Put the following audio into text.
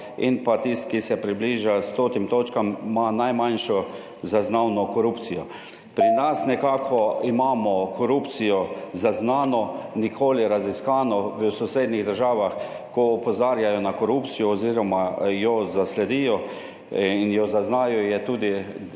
in pa tisti, ki se približa stotim točkam, ima najmanjšo zaznavno korupcijo pri nas. Nekako imamo korupcijo zaznano, nikoli raziskano. V sosednjih državah, ko opozarjajo na korupcijo oziroma jo zasledijo in jo zaznajo, je tudi